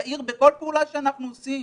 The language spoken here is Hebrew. זהירים בכל פעולה שאנחנו עושים.